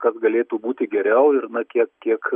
kad galėtų būti geriau ir na kiek